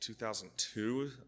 2002